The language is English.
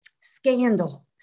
scandal